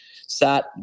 sat